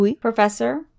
Professor